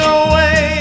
away